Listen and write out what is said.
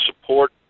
support